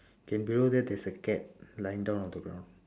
okay below there there's a cat lying down on the ground